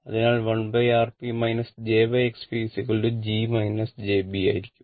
അതിനാൽ 1Rp jXpg j b എന്ന് പറയുക